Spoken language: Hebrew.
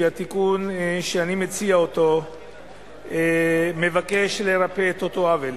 והתיקון שאני מציע מבקש לרפא את אותו עוול.